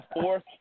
fourth